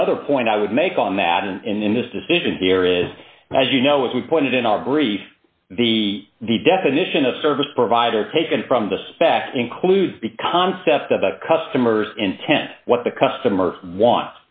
one other point i would make on that and in this decision here is as you know if we put it in our brief the the definition of service provider taken from the spec includes the concept of a customer's intent what the customer w